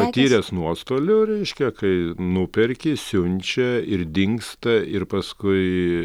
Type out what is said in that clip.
patyręs nuostolių reiškia kai nuperki siunčia ir dingsta ir paskui